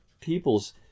people's